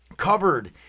covered